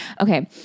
okay